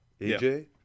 aj